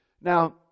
Now